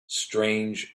strange